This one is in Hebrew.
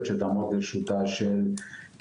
שיש לנו איש קשר שקוראים לו